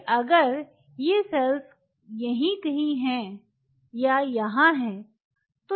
कि अगर ये सेल्स यहीं कहीं हैं या यहाँ हैं